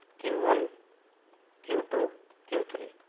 q one q two q three.